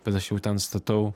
bet aš jau ten statau